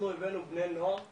אנחנו הבאנו בני נוער